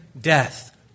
death